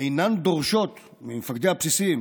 אינן דורשות ממפקדי הבסיסים,